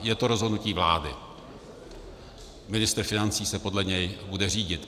Je to rozhodnutí vlády, ministr financí se podle něj bude řídit.